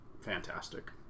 fantastic